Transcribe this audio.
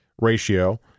Ratio